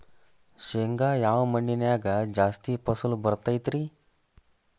ಶೇಂಗಾ ಯಾವ ಮಣ್ಣಿನ್ಯಾಗ ಜಾಸ್ತಿ ಫಸಲು ಬರತೈತ್ರಿ?